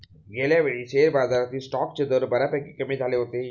गेल्यावेळी शेअर बाजारातील स्टॉक्सचे दर बऱ्यापैकी कमी झाले होते